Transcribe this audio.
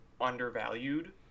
undervalued